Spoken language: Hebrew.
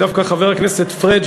דווקא חבר הכנסת פריג',